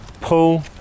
pull